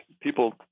People